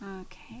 Okay